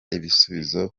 ibisubizo